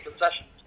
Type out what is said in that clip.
concessions